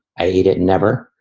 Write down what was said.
i eat it. never.